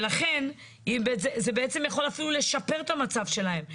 ולכן זה יכול אפילו לשפר את המצב שלהם.